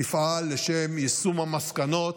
תפעל לשם יישום המסקנות,